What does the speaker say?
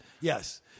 yes